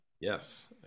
Yes